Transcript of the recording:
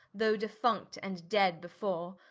though defunct and dead before,